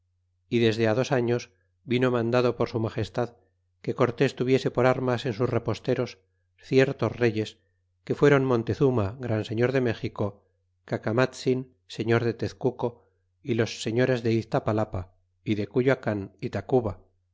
y desde á dos años vino mandado por su magestad que cortés tuviese por armas en sus reposteros ciertos reyes que fuéron montezuma gran señor de méxico cacamatzin señor de tezcitco y los señores de iztapalapa y de cuyoacoan y tactiba